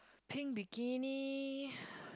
pink bikini